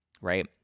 right